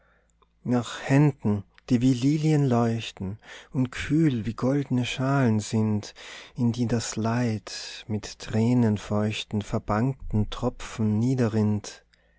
nach händen die wie lilien leuchten und kühl wie goldne schalen sind in die das leid mit tränenfeuchten verbangten tropfen